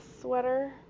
sweater